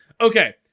Okay